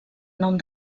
nom